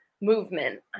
movement